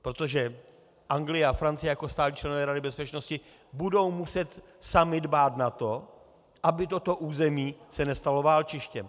Protože Anglie a Francie jako stálí členové Rady bezpečnosti budou muset samy dbát na to, aby se toto území nestalo válčištěm.